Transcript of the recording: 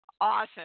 awesome